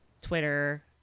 Twitter